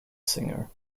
singer